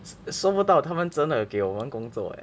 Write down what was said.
说不到他们真的给我们工作 leh